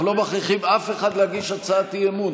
אנחנו לא מכריחים אף אחד להגיש הצעת אי-אמון,